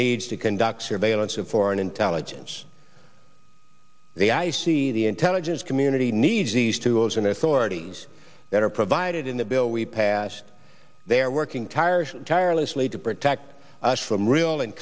needs to conduct surveillance of foreign intelligence the i c the intelligence community needs these tools and authorities that are provided in the bill we passed they're working tired tireless lead to protect us from real and